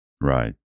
right